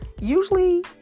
usually